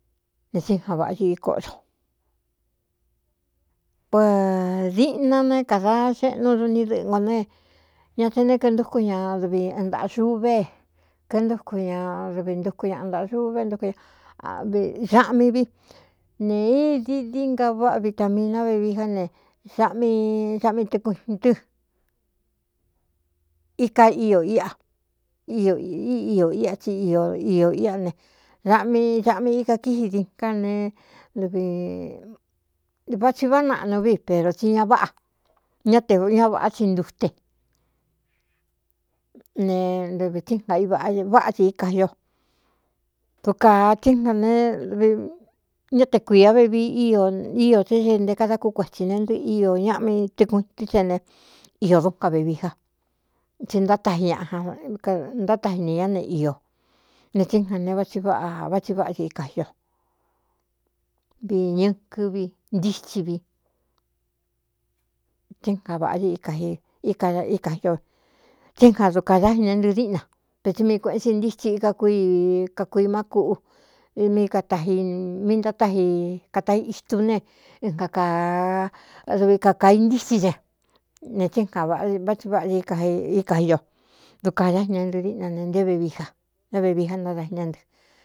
Ne tsíja vꞌa i íkoꞌo podiꞌna ne kāda xeꞌnu duní dɨꞌɨ ngo ne ña te né kēntuku ña dɨvi n ntaꞌaxuú vee kintuku ña dvi ntuku ñaꞌa ntaꞌa xuú ve ntuku av saꞌmí vi ne idií di nga váꞌa vita mii na vevi já ne saꞌmi saꞌmi tɨkuin tɨ́ íka a ía tsi iō íꞌa ne saꞌmi saꞌmi ika kíxi diká ne dvi va tsi váꞌá naꞌnu vi pero tsí ña váꞌa ñá te ña vāꞌá tsi ntute ne tɨvi tsɨ́ɨ n ga i vꞌa váꞌa tsi íka o du kātsɨ nga nev ñá te kuīa vevii íō té ce nte kadakú kuetsī ne ntɨɨ íō ñaꞌmi tɨku tɨ́ te ne iō dú ga vevija tsi nátai ñntátaji nī ñá ne iō ne tsɨɨnga ne vátsi váꞌā vátsi váꞌa tsi íka ío vi ñɨɨ kɨvi ntítsi vi tɨnga vꞌa i aíaíkao tsɨ ga dukadá ji ña ntɨɨ díꞌna vetsi mi kuēꞌen tsin ntítsi ika kuivi kakuimá kuꞌu m ata mí ntátai kataixitú ne dvi kakaintítsi ñe ne tsɨ ga vꞌavá tsi váꞌa síka io du kāñá iña nɨɨ díꞌna ne nté vvijaña vevi a ntátaji ñá ntɨ.